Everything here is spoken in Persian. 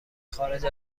خارج